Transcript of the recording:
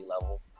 level